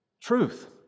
Truth